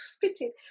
fitted